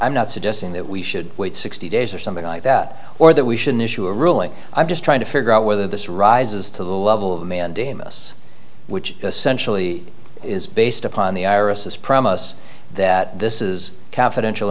i'm not suggesting that we should wait sixty days or something like that or that we should an issue a ruling i'm just trying to figure out whether this rises to the level of mandamus which essentially is based upon the irises promise that this is confidential